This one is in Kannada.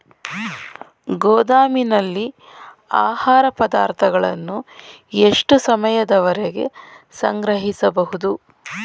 ಗೋದಾಮಿನಲ್ಲಿ ಆಹಾರ ಪದಾರ್ಥಗಳನ್ನು ಎಷ್ಟು ಸಮಯದವರೆಗೆ ಸಂಗ್ರಹಿಸಬಹುದು?